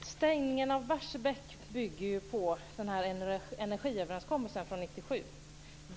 Fru talman! Stängningen av Barsebäck bygger på energiöverenskommelsen från år 1997.